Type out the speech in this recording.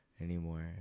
anymore